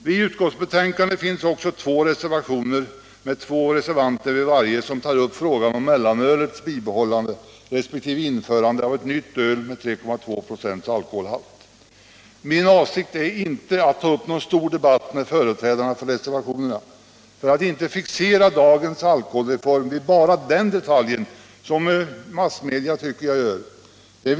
Vid utskottsbetänkandet finns också två reservationer med två reservanter vid varje som tar upp frågan om mellanölets bibehållande resp. införande av ett nytt öl med 3,2 96 alkoholhalt. Min avsikt är inte att ta upp någon stor debatt med företrädarna för reservationerna för att inte fixera dagens alkoholreform vid bara den detaljen, som jag tycker att massmedia gör.